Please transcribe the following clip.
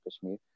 Kashmir